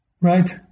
right